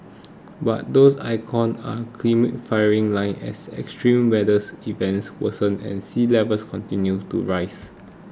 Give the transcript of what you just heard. but these icons are climate firing line as extreme weathers events worsen and sea levels continue to rise